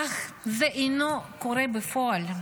אך זה אינו קורה בפועל.